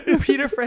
Peter